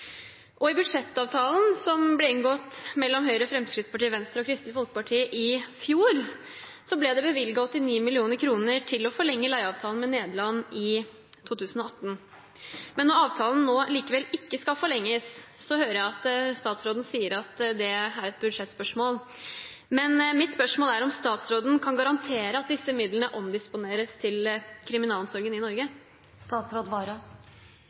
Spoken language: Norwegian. organisering. I budsjettavtalen som ble inngått mellom Høyre, Fremskrittspartiet, Venstre og Kristelig Folkeparti i fjor, ble det bevilget 89 mill. kr til å forlenge leieavtalen med Nederland i 2018. Men når avtalen likevel ikke skal forlenges, hører jeg at statsråden sier at det er et budsjettspørsmål. Mitt spørsmål er da om statsråden kan garantere at disse midlene omdisponeres til kriminalomsorgen i Norge.